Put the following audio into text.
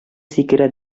сикерә